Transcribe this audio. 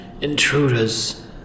intruders